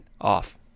off